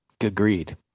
Agreed